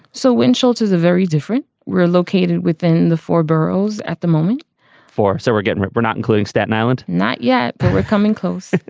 so winchell's is a very different. we're located within the four burrows at the moment for. so we're getting we're not including staten island. not yet, but we're coming close.